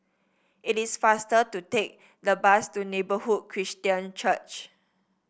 it is faster to take the bus to Neighbourhood Christian Church